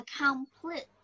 Complete